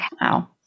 Wow